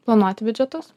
planuoti biudžetus